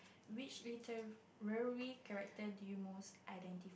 which literally character do you most identify